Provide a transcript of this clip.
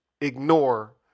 ignore